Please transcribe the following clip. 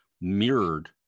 mirrored